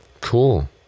Cool